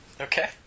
Okay